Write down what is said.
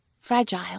Fragile